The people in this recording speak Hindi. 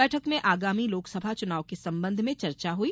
बैठक में आगामी लोकसभा चुनाव के संबंध में चर्चा हई